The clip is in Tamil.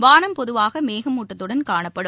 வானம் பொதுவாக மேகமூட்டத்துடன் காணப்படும்